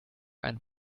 einen